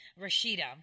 Rashida